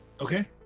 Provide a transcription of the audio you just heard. Okay